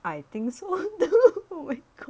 I think so